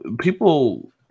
people